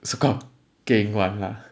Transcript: so called keng [one] lah